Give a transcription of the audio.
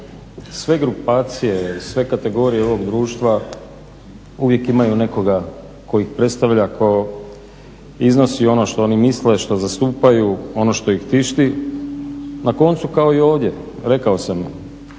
Sve grupacije, sve kategorije ovog društva uvijek imaju nekoga tko ih predstavlja, tko iznosi ono što oni misle, što zastupaju, ono što ih tišti, na koncu kao i ovdje. Rekao sam mi